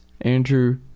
andrew